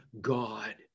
God